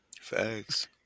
Facts